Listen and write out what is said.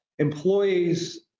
employees